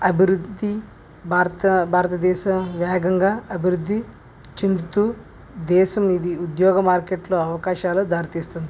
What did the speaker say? అభివృద్ధి భారత భారతదేశ వేగంగా అభివృద్ధి చెందుతూ దేశం ఇది ఉద్యోగ మార్కెట్లో అవకాశాలకు దారితీస్తుంది